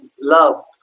love